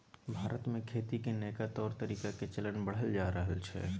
भारत में खेती के नइका तौर तरीका के चलन बढ़ल जा रहल छइ